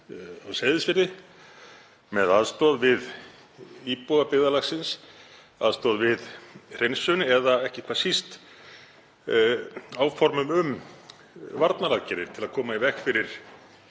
á Seyðisfirði með aðstoð við íbúa byggðarlagsins, aðstoð við hreinsun eða ekki hvað síst áformum um varnaraðgerðir til að koma í veg fyrir